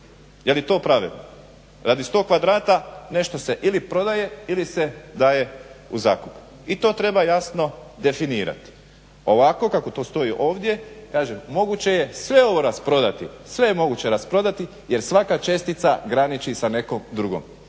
Je li to pravedno? Radi sto kvadrata nešto se ili prodaje ili se daje u zakup. I to treba jasno definirati. Ovako kako to stoji ovdje kažem moguće je sve ovo rasprodati jer svaka čestica graniči sa nekom drugom